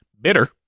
bitter